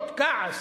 תהיות, כעס,